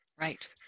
Right